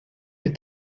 des